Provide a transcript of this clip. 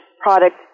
product